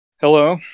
Hello